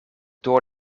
door